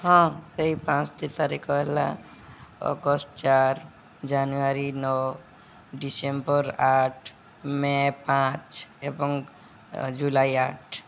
ହଁ ସେଇ ପାଞ୍ଚଟି ତାରିଖ ହେଲା ଅଗଷ୍ଟ ଚାରି ଜାନୁଆରୀ ନଅ ଡିସେମ୍ବର ଆଠ ମେ ପାଞ୍ଚ ଏବଂ ଜୁଲାଇ ଆଠ